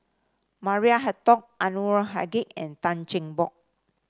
Maria Hertogh Anwarul Haque and Tan Cheng Bock